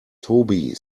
toby